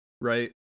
Right